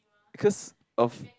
cause of